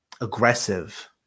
aggressive